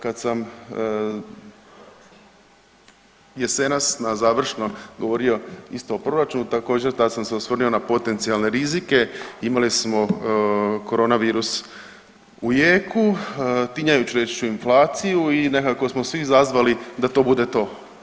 Kad sam jesenas na završno govorio isto o proračunu također da sam se osvrnuo na potencijalne rizike imali smo corona virus u jeku, tinjajuću inflaciju i nekako smo svi zazvali da to bude to.